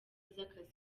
z’akazi